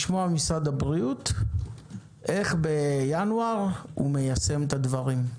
לשמוע ממשרד הבריאות איך בינואר הוא מיישם את הדברים.